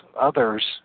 others